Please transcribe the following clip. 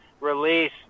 release